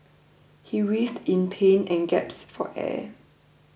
he writhed in pain and gasped for air